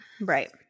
Right